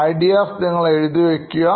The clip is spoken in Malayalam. Ideas നിങ്ങൾ എഴുതി വയ്ക്കുക